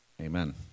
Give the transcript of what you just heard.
Amen